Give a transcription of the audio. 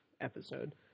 episode